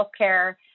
healthcare